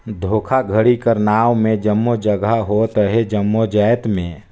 धोखाघड़ी कर नांव में जम्मो जगहा होत अहे जम्मो जाएत में